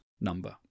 number